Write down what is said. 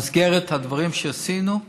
במסגרת הדברים שעשינו,